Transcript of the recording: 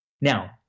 Now